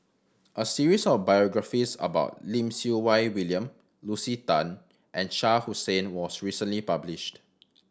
a series of biographies about Lim Siew Wai William Lucy Tan and Shah Hussain was recently published